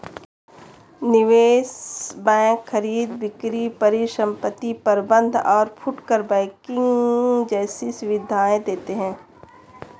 निवेश बैंक खरीद बिक्री परिसंपत्ति प्रबंध और फुटकर बैंकिंग जैसी सुविधायें देते हैं